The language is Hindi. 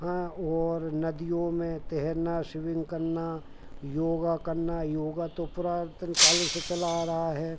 हाँ और नदियों में तैरना श्विमिंग करना योग करना योग तो पुरातन कालों से चला आ रहा है